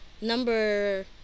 number